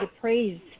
praise